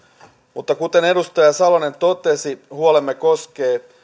mutta kuten edustaja salonen totesi huolemme koskee